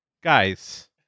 guys